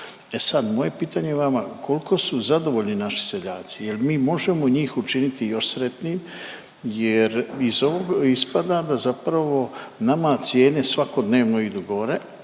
E sad moje pitanje vama, koliko su zadovoljni naši seljaci? Jel mi možemo njih učiniti još sretnijim jer iz ovog ispada da zapravo nama cijene svakodnevno idu gore,